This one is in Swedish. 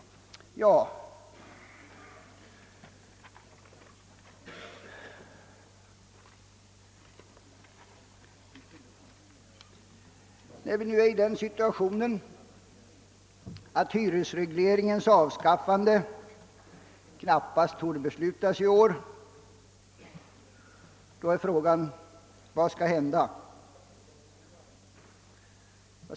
När vi nu är i den situationen, att något beslut om hyresregleringens avskaffande knappast kommer att fattas i år, så är frågan vad som skall hända.